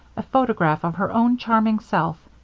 a photograph of her own charming self,